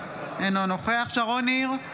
אינו נוכח שרון ניר,